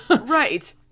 Right